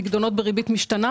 פיקדונות בריבית משתנה